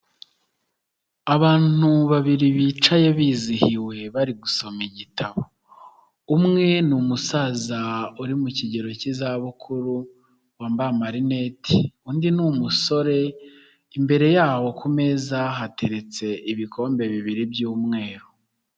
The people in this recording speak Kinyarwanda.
Abantu babiri bicaye bizihiwe bari gusoma igitabo, umwe ni umusaza uri mu kigero cy'izabukuru wambaye amarinete, undi ni umusore imbere yabo ku meza hateretse ibikombe bibiri by'umweru.